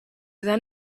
then